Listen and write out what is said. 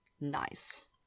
Nice